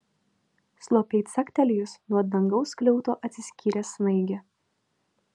slopiai caktelėjus nuo dangaus skliauto atsiskyrė snaigė